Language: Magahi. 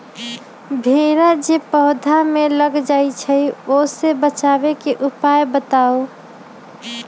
भेरा जे पौधा में लग जाइछई ओ से बचाबे के उपाय बताऊँ?